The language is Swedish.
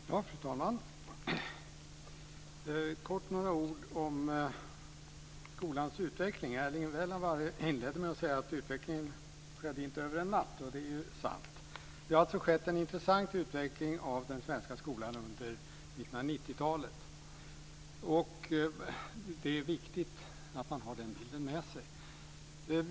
Fru talman! Först vill jag säga några ord om skolans utveckling. Erling Wälivaara inledde med att säga att utvecklingen inte skedde över en natt. Det är ju sant. Det har alltså skett en intressant utveckling av den svenska skolan under 1990-talet. Det är viktigt att man har den bilden med sig.